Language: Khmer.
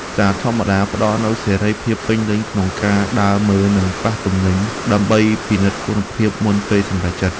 ផ្សារធម្មតាផ្តល់នូវសេរីភាពពេញលេញក្នុងការដើរមើលនិងប៉ះទំនិញដើម្បីពិនិត្យគុណភាពមុនពេលសម្រេចចិត្ត។